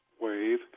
wave